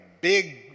big